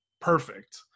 perfect